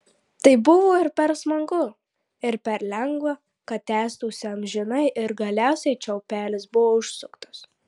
tai buvo ir per smagu ir per lengva kad tęstųsi amžinai ir galiausiai čiaupelis buvo užsuktas